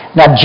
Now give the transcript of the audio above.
Now